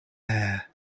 air